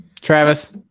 Travis